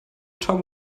top